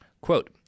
Quote